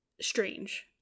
strange